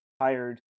hired